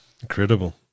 Incredible